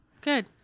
good